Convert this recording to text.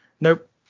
nope